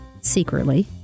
secretly